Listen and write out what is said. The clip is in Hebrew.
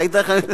ראית איך,